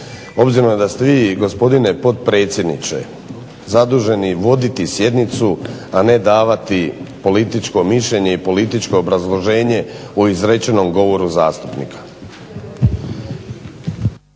obzirom da ste vi gospodine potpredsjedniče zaduženi voditi sjednicu, a ne davati političko mišljenje i političko obrazloženje o izrečenom govoru zastupnika.